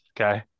okay